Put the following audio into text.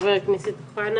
ח"כ אוחנה